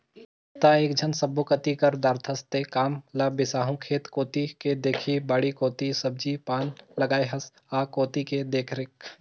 त एकेझन सब्बो कति कर दारथस तें काम ल बिसाहू खेत कोती के देखही बाड़ी कोती सब्जी पान लगाय हस आ कोती के देखरेख